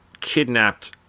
kidnapped